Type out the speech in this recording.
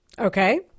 Okay